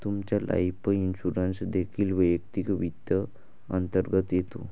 तुमचा life insurance देखील वैयक्तिक वित्त अंतर्गत येतो